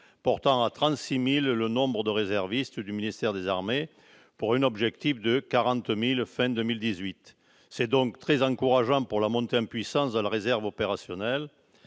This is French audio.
portant à 36 000 le nombre de réservistes du ministère des armées pour un objectif de 40 000 à la fin de 2018. Ces chiffres sont très encourageants pour la montée en puissance de la réserve opérationnelle.